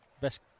best